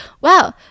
wow